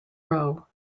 row